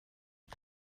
det